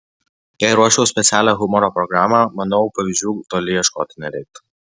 jei ruoščiau specialią humoro programą manau pavyzdžių toli ieškoti nereiktų